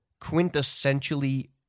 quintessentially